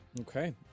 Okay